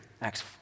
Acts